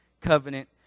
covenant